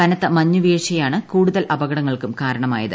കനത്ത മഞ്ഞുവീഴ്ചയാണ് കൂടുതൽ അപകടങ്ങൾക്കും കാരണമായത്